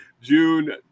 June